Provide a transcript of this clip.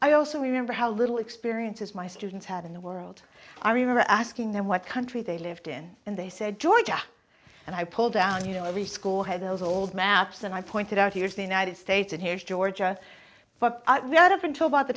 i also remember how little experiences my students had in the world i remember asking them what country they lived in and they said georgia and i pull down you know every school had those old maps and i pointed out here's the united states and here is georgia but not up until by the